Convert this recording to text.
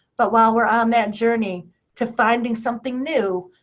but while we're on that journey to finding something new,